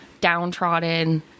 downtrodden